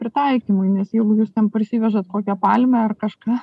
pritaikymui nes jeigu jūs ten parsivežat kokią palmę ar kažką